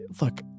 Look